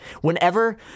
whenever